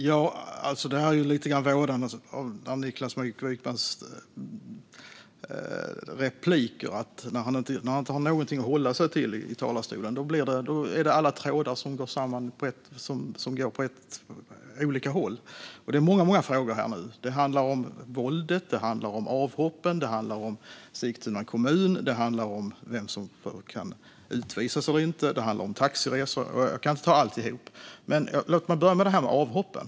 Herr talman! Det här är vådan med Niklas Wykmans repliker. När han inte har någonting att hålla sig till i talarstolen går trådarna åt olika håll. Det är många frågor här nu. Det handlar om våldet, det handlar om avhoppen, det handlar om Sigtuna kommun, det handlar om vem som kan utvisas eller inte och det handlar om taxiresor. Jag kan inte ta alltihop, men låt mig börja med avhoppen.